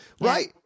right